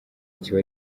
kiba